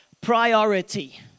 Priority